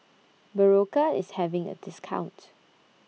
Berocca IS having A discount